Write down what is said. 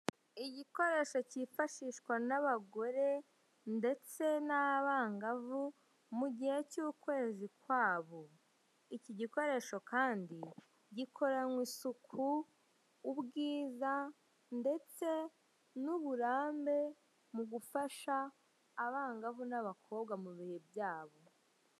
Igikoresho cyifashishwa n'abagore ndetsen'abangavu mu gihe cy'ukwezi kwa bo. Iki gikoresho kandi gikoranywe isuku, ubwiza ndetse n'uburambe mu gufasha abangavu n'abakobwa mu bihe byabo.